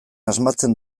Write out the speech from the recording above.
asmatzen